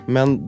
Men